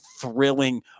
thrilling